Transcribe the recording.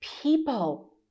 people